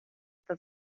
dat